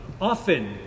often